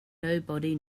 nobody